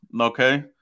Okay